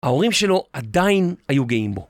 ההורים שלו עדיין היו גאים בו.